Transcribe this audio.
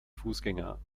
fußgänger